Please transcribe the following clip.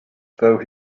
though